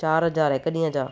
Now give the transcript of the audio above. चारि हज़ार हिक ॾींहं जा